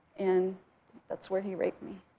and that's where he raped me.